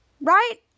right